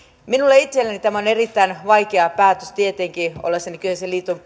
minulle itselleni tämä on erittäin vaikea päätös tietenkin ollessani kyseisen liiton